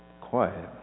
quiet